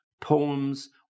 poems